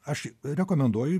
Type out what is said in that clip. aš rekomenduoju